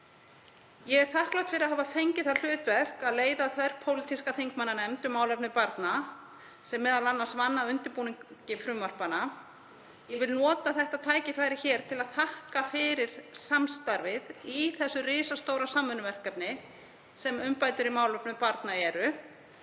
Ég er þakklát fyrir að hafa fengið það hlutverk að leiða þverpólitíska þingmannanefnd um málefni barna sem m.a. vann að undirbúningi frumvarpanna. Ég vil nota þetta tækifæri hér til að þakka fyrir samstarfið í því risastóra samvinnuverkefni sem umbætur í málefnum barna eru.